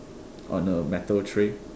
on a metal tray